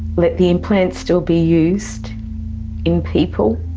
let the implants still be used in people,